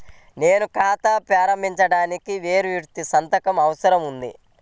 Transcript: నేను ఖాతా ప్రారంభించటానికి వేరే వ్యక్తి సంతకం అవసరం ఉందా?